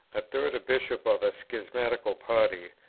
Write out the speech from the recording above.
a third a bishop of a schismatical party,